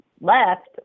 left